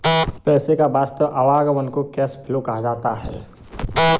पैसे का वास्तविक आवागमन को कैश फ्लो कहा जाता है